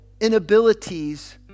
inabilities